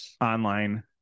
online